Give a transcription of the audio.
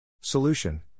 solution